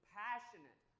passionate